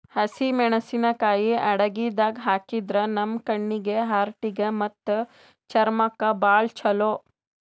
ಹಸಿಮೆಣಸಿಕಾಯಿ ಅಡಗಿದಾಗ್ ಹಾಕಿದ್ರ ನಮ್ ಕಣ್ಣೀಗಿ, ಹಾರ್ಟಿಗಿ ಮತ್ತ್ ಚರ್ಮಕ್ಕ್ ಭಾಳ್ ಛಲೋ